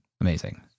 Amazing